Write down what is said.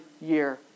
year